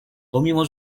pomimo